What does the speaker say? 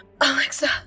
Alexa